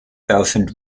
thousand